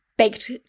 Baked